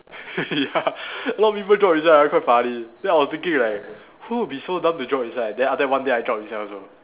ya a lot of people drop inside one quite funny then I was thinking like who would be dumb to drop inside then after that one day I drop inside also